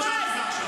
תלמד לעבוד בכנסת.